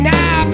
Now